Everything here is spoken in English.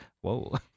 Whoa